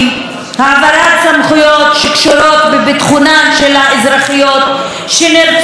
העברת סמכויות שקשורות בביטחונן של האזרחיות שנרצחות.